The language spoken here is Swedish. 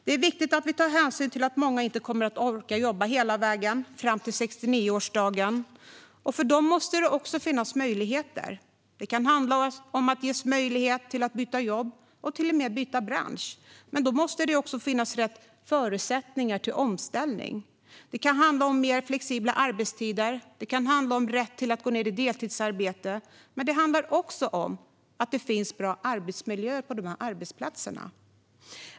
Det är viktigt att vi tar hänsyn till att många inte kommer att orka jobba hela vägen fram till 69-årsdagen. För dem måste det också finnas möjligheter. Det kan handla om att ges möjlighet att byta jobb och till och med byta bransch. Men då måste det också finnas rätt förutsättningar för omställning. Det kan handla om mer flexibla arbetstider eller rätt att gå ned till deltidsarbete. Men det handlar också om att det är bra arbetsmiljö på arbetsplatserna.